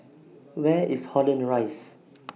Where IS Holland Rise